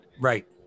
Right